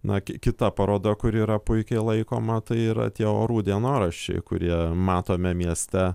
na ki kita paroda kuri yra puiki laikoma tai yra tie orų dienoraščiai kurie matome mieste